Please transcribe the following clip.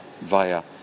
via